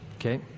Okay